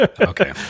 Okay